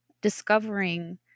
discovering